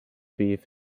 beef